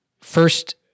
first